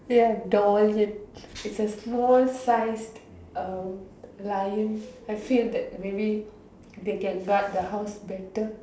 ya doggy its a small sized um lion I feel that maybe they can guard the house better